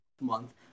month